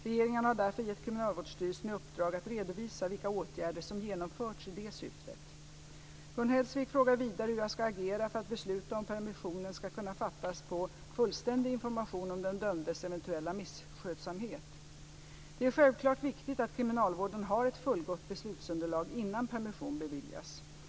Regeringen har därför gett Kriminalvårdsstyrelsen i uppdrag att redovisa vilka åtgärder som genomförts i det syftet. Gun Hellsvik frågar vidare hur jag ska agera för att beslut om permission ska kunna fattas på fullständig information om den dömdes eventuella misskötsamhet. Det är självklart viktigt att kriminalvården har ett fullgott beslutsunderlag innan permission beviljas.